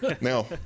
Now